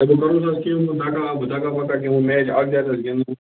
match اَکھ دِ حظ اَسہِ گِنٛدنہٕ